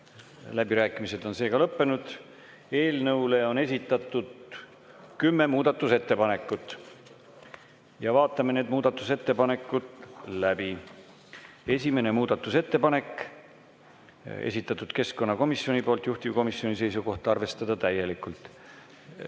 Läbirääkimised on seega lõppenud. Eelnõu kohta on esitatud kümme muudatusettepanekut. Vaatame need muudatusettepanekud läbi. Esimese muudatusettepaneku on esitanud keskkonnakomisjon, juhtivkomisjoni seisukoht on arvestada täielikult.